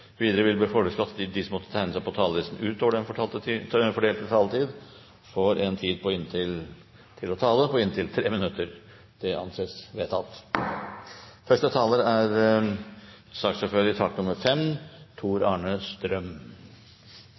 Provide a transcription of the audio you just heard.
Videre blir det foreslått at de som måtte tegne seg på talerlisten utover den fordelte taletid, får en taletid på inntil 3 minutter. – Det anses vedtatt. Første taler er